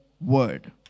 word